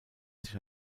sich